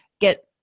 get